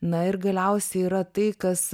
na ir galiausiai yra tai kas